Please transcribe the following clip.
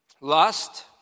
lust